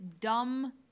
dumb